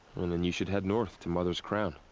well then you should head north, to mother's crown.